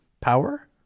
Power